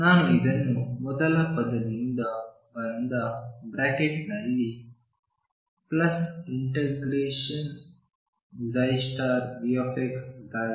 ನಾನು ಇದನ್ನು ಮೊದಲ ಪದದಿಂದ ಬಂದ ಬ್ರಾಕೆಟ್ ನಲ್ಲಿ ∫Vxxψdxಇರಿಸಿದ್ದೇನೆ